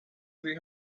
three